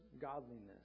godliness